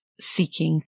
seeking